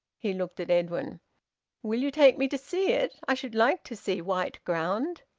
he looked at edwin will you take me to see it? i should like to see white ground.